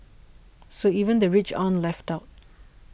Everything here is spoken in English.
so even the rich aren't left out